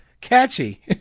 catchy